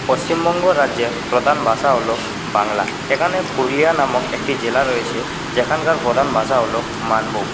পশ্চিমবঙ্গ রাজ্যের প্রধান ভাষা হল বাংলা এখানে পুরুলিয়া নামক একটি জেলা রয়েছে যেখানকার প্রধান ভাষা হল মানভূম